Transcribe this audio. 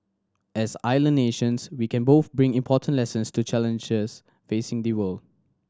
as island nations we can both bring important lessons to challenges facing the world